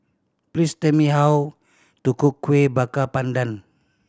please tell me how to cook Kueh Bakar Pandan